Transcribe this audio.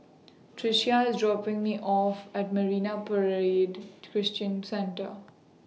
Tricia IS dropping Me off At Marine Parade Christian Centre